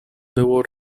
było